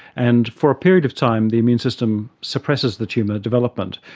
and for a period of time the immune system suppresses the tumour development.